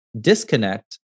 disconnect